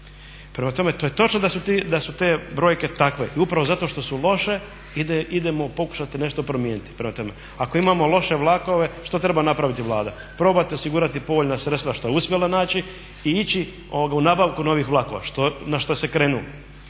to je točno da su te brojke takve i upravo zato što su loše idemo pokušati nešto promijeniti. Prema tome, ako imamo loše vlakove što treba napraviti Vlada, probati osigurati povoljna sredstva što je uspjela naći i ići u nabavku novih vlakova na šta se krenulo.